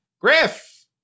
Griff